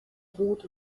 rot